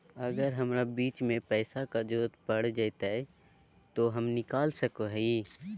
अगर हमरा बीच में पैसे का जरूरत पड़ जयते तो हम निकल सको हीये